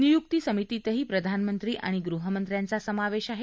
नियुक्तीसमितीतही प्रधानमंत्री आणि गृहमंत्र्यांचा समावेश आहे